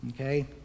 Okay